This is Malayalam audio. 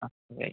ആ ശരി